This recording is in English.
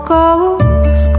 goes